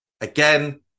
Again